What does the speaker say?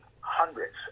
hundreds